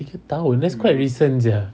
tiga tahun eh it's quite recent sia